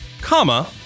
comma